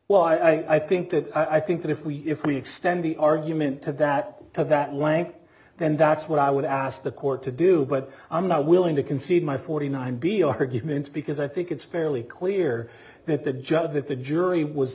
well i think that i think that if we if we extend the argument to that to that length then that's what i would ask the court to do but i'm not willing to concede my forty nine b arguments because i think it's fairly clear that the judge that the jury was